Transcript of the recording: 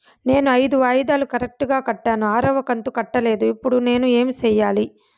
నేను ఐదు వాయిదాలు కరెక్టు గా కట్టాను, ఆరవ కంతు కట్టలేదు, ఇప్పుడు నేను ఏమి సెయ్యాలి?